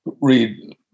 read